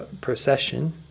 procession